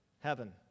heaven